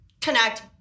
connect